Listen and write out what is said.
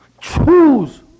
Choose